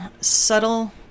subtle